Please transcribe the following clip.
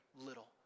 little